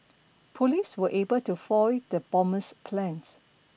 police were able to foil the bomber's plans